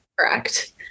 Correct